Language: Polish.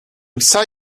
psa